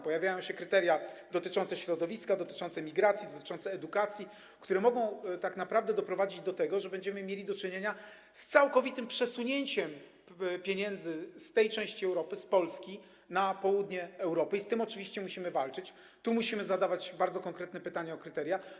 Pojawiają się kryteria dotyczące środowiska, dotyczące migracji, dotyczące edukacji, które mogą tak naprawdę doprowadzić do tego, że będziemy mieli do czynienia z całkowitym przesunięciem pieniędzy z tej części Europy, z Polski, na południe Europy i z tym oczywiście musimy walczyć, tu musimy zadawać bardzo konkretne pytania o kryteria.